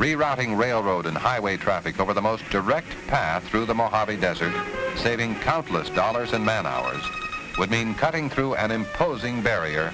rerouting rail road and highway traffic over the most direct path through the mojave desert saving countless dollars and man hours would mean cutting through an imposing barrier